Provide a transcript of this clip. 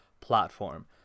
platform